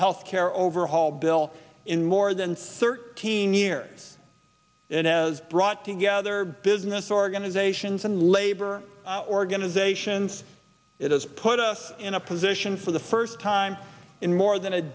health care overhaul bill in more than thirteen year it has brought together business organizations and labor organizations it has put us in a position for the first time in more than a